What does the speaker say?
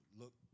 look